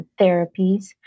therapies